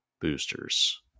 boosters